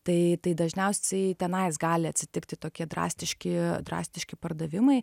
tai tai dažniausiai tenais gali atsitikti tokie drastiški drastiški pardavimai